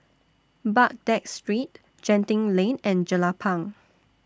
Baghdad Street Genting Lane and Jelapang